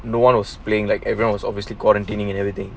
no one was playing like everyone was obviously quarantining and everything